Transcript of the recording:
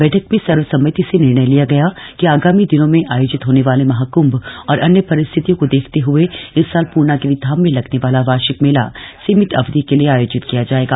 बैठक में सर्वसम्मति से निर्णय लिया गया की आगामी दिनों में आयोजित होने वाले महाक्म्भ और अन्य परिस्थितियों को देखते हए इस साल पूर्णागिरि धाम में लगने वाला वार्षिक मेला सीमित अवधि के लिए आयोजित किया जाएगा